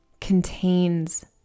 contains